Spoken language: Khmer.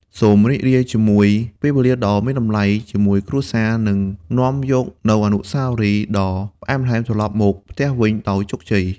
សូមរីករាយជាមួយពេលវេលាដ៏មានតម្លៃជាមួយគ្រួសារ និងនាំយកនូវអនុស្សាវរីយ៍ដ៏ផ្អែមល្ហែមត្រលប់មកផ្ទះវិញដោយជោគជ័យ។